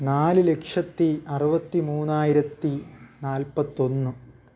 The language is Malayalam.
നാല് ലക്ഷത്തി അറുപത്തി മൂവായിരത്തി നാൽപ്പത്തി ഒന്ന്